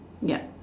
yup